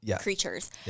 creatures